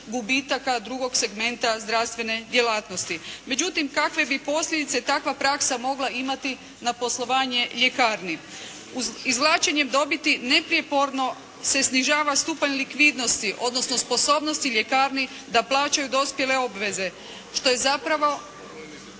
gubitaka drugog segmenta zdravstvene djelatnosti. Međutim, kakve bi posljedice takva praksa mogla imati na poslovanje ljekarni. Izvlačenjem dobiti neprijeporno se snižava stupanj likvidnosti odnosno sposobnosti ljekarni da plaćaju dospjele obveze što je zapravo